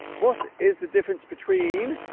what is the difference between